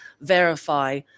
verify